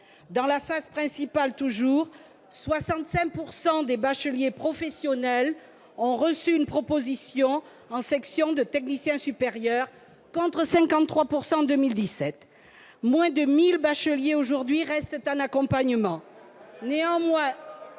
Dans la phase principale toujours, 65 % des bacheliers professionnels ont reçu une proposition en section de technicien supérieur, contre 53 % en 2017. Moins de 1 000 bacheliers restent aujourd'hui en accompagnement. Me